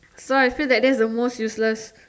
so I feel that that's the most useless